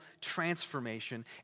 transformation